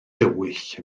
dywyll